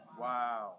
Wow